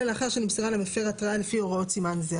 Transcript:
אלא לאחר שנמסרה למפר התראה לפי הוראות סימן זה.